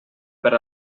per